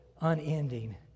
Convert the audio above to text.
unending